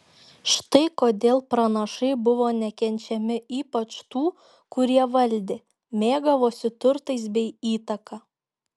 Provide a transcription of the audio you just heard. štai kodėl pranašai buvo nekenčiami ypač tų kurie valdė mėgavosi turtais bei įtaka